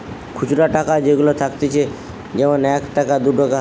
খুচরা টাকা যেগুলা থাকতিছে যেমন এক টাকা, দু টাকা